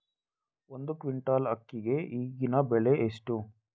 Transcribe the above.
ಒಂದು ಕ್ವಿಂಟಾಲ್ ಅಕ್ಕಿಗೆ ಈಗಿನ ಬೆಲೆ ಎಷ್ಟು?